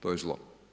To je zlo.